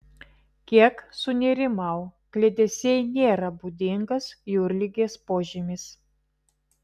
kiek sunerimau kliedesiai nėra būdingas jūrligės požymis